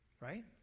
Right